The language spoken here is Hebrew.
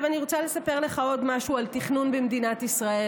אני רוצה לספר לך עוד משהו על תכנון במדינת ישראל.